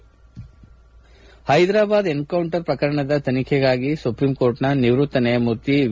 ಪ್ಲೆದ್ದಾಬಾದ್ encounter ಪ್ರಕರಣದ ತನಿಖೆಗಾಗಿ ಸುಪ್ರೀಂಕೋರ್ಟ್ನ ನಿವ್ಸತ್ತ ನ್ಯಾಯಮೂರ್ತಿ ವಿ